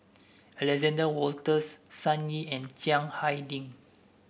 Alexander Wolters Sun Yee and Chiang Hai Ding